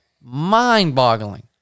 mind-boggling